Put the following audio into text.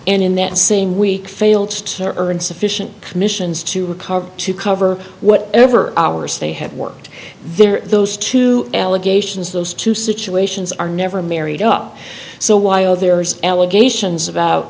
and in that same week failed to earn sufficient commissions to recover to cover whatever hours they have worked there those two allegations those two situations are never married up so while there are allegations about